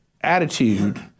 attitude